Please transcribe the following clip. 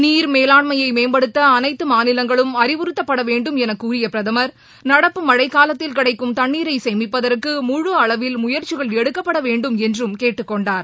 நீர்மேலாண்மையைமேம்படுத்தஅனைத்தமாநிலங்களும் அறிவுறுத்தப்படவேண்டும் எனகூறியபிரதமர் நடப்பு மழைக்காலத்தில் கிடைக்கும் தண்ணீரைசேமிப்பதற்கு முழு அளவில் முயந்சிகள் எடுக்கப்படவேண்டும் என்றும் பிரதமர் கேட்டுக்கொண்டார்